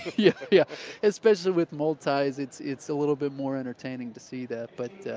yeah yeah especially with multis, it's it's a little bit more entertaining to see that. but,